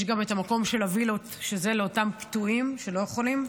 יש גם את המקום של הווילות לאותם קטועים שלא יכולים,